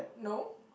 no